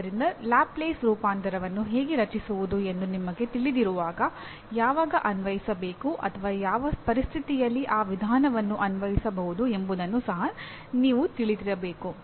ಆದ್ದರಿಂದ ಲ್ಯಾಪ್ಲೇಸ್ ರೂಪಾಂತರವನ್ನು ಹೇಗೆ ರಚಿಸುವುದು ಎಂದು ನಿಮಗೆ ತಿಳಿದಿರುವಾಗ ಯಾವಾಗ ಅನ್ವಯಿಸಬೇಕು ಅಥವಾ ಯಾವ ಪರಿಸ್ಥಿತಿಯಲ್ಲಿ ಆ ವಿಧಾನವನ್ನು ಅನ್ವಯಿಸಬಹುದು ಎಂಬುದನ್ನು ಸಹ ನೀವು ತಿಳಿದಿರಬೇಕು